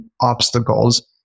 obstacles